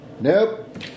Nope